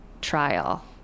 trial